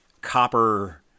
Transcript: copper